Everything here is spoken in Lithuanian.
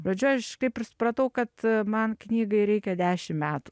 pradžioj aš kaip ir supratau kad man knygai reikia dešim metų